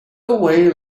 away